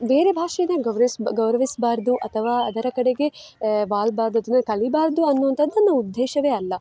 ಬೇರೆ ಭಾಷೆಯನ್ನು ಗೌರವಿಸ ಗೌರವಿಸಬಾರ್ದು ಅಥವಾ ಅದರ ಕಡೆಗೆ ವಾಲಬಾರ್ದು ಅಥವಾ ಕಲಿಯಬಾರ್ದು ಅನ್ನುವಂತದ್ದು ನಮ್ಮ ಉದ್ಧೇಶವೇ ಅಲ್ಲ